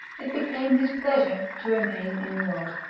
it became his pleasure to remain immured.